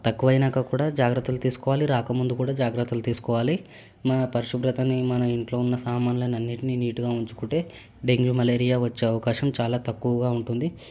తక్కువ అయినాక కూడా జాగ్రత్తలు తీసుకోవాలి రాకముందు కూడా జాగ్రత్తలు తీసుకోవాలి మన పరిశుభ్రతని మన ఇంట్లో ఉన్న సామాన్లని అన్నిటిని నీట్గా ఉంచుకుంటే డెంగ్యూ మలేరియా వచ్చే అవకాశం చాలా తక్కువగా ఉంటుంది